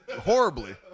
horribly